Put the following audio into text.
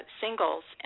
singles